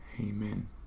Amen